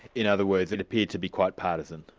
in other words, it appeared to be quite partisan?